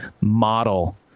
model